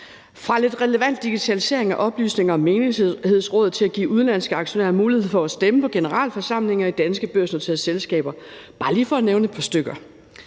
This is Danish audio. fra lidt relevant digitalisering af oplysninger om menighedsråd til at give udenlandske aktionærer mulighed for at stemme på generalforsamlinger i danske børsnoterede selskaber, bare for lige at nævne et par stykker.